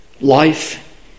life